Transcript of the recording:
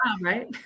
right